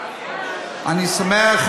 אני שמח,